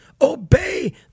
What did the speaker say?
obey